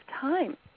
time